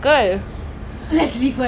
eh you should go E_C_P also lah